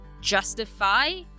justify